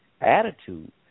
attitude